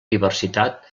diversitat